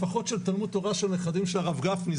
לפחות של תלמוד תורה של הנכדים של הרב גפני,